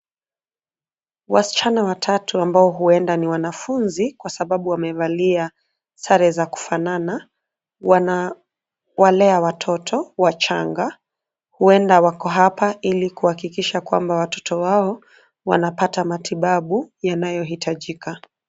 Wasichana watatu, ambao huenda ni wanafunzi kwa sababu wamevalia sare za kufanana; wanawalea watoto wachanga. Huenda wako hapa ili kuhakikisha kwamba watoto wao wanapata matibabu yanayohitajika.